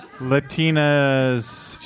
Latina's